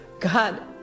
God